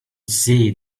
see